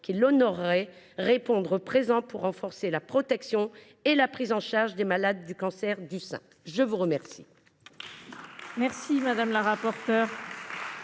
qui l’honorerait, répondre présent pour renforcer la protection et la prise en charge des malades du cancer du sein. Dans la suite